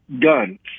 guns